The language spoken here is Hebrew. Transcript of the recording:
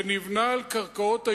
שר החקלאות,